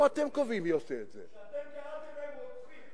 לא אתם קובעים, שאתם קראתם להם רוצחים.